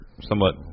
somewhat